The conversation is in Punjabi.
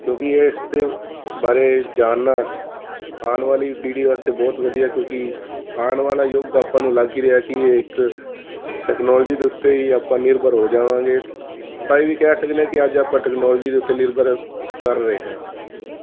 ਕਿਉਂਕਿ ਇਸ ਦੇ ਬਾਰੇ ਜਾਣਨਾ ਆਉਣ ਵਾਲੀ ਪੀੜ੍ਹੀ ਵਾਸਤੇ ਬਹੁਤ ਵਧੀਆ ਕਿਉਂਕਿ ਆਉਣ ਵਾਲਾ ਯੁੱਗ ਆਪਾਂ ਨੂੰ ਲੱਗ ਹੀ ਰਿਹਾ ਕਿ ਇਹ ਇੱਕ ਟੈਕਨੋਲੋਜੀ ਦੇ ਉੱਤੇ ਹੀ ਆਪਾਂ ਨਿਰਭਰ ਹੋ ਜਾਵਾਂਗੇ ਆਪਾਂ ਇਹ ਵੀ ਕਹਿ ਸਕਦੇ ਹਾਂ ਕਿ ਅੱਜ ਆਪਾਂ ਟੈਕਨੋਲਜੀ ਦੇ ਉੱਤੇ ਨਿਰਭਰ ਕਰ ਰਹੇ ਹਾਂ